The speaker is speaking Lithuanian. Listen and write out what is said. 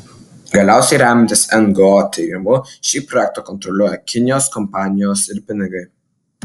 galiausiai remiantis ngo tyrimu šį projektą kontroliuoja kinijos kompanijos ir pinigai